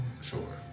sure